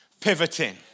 pivoting